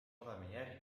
oleme